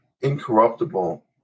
incorruptible